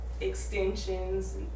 extensions